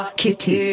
kitty